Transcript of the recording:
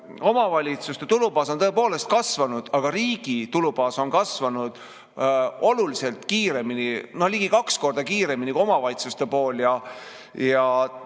Omavalitsuste tulubaas on tõepoolest kasvanud, aga riigi tulubaas on kasvanud oluliselt kiiremini, no ligi kaks korda kiiremini kui omavalitsuste pool, ja